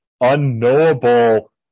unknowable